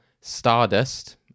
Stardust